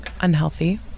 unhealthy